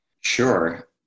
Sure